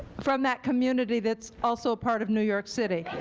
from that community that's also a part of new york city.